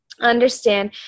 understand